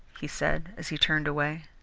he said, as he turned away,